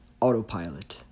autopilot